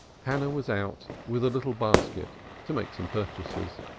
hannah was out with a little basket to make some purchases.